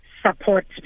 support